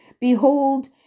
Behold